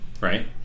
right